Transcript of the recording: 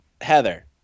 Heather